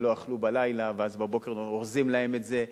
שלא אכלו בלילה ואז בבוקר אורזים להם את זה,